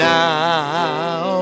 now